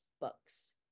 books